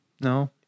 no